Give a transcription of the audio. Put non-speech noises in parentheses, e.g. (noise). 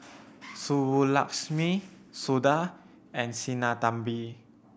(noise) Subbulakshmi Suda and Sinnathamby